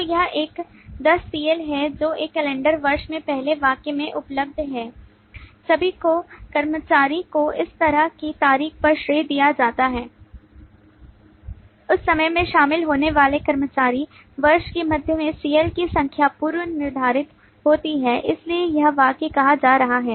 तो यह एक दस CL है जो एक कैलेंडर वर्ष के पहले वाक्य में उपलब्ध है सभी को कर्मचारी को इस तरह की तारीख पर श्रेय दिया जाता है उस समय में शामिल होने वाले कर्मचारी वर्ष के मध्य में CL की संख्या पूर्व निर्धारित होती है इसलिए यह वाक्य कहा जा रहा है